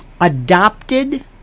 adopted